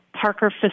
Parker